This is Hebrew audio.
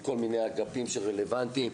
מכל מיני אגפים שרלוונטיים,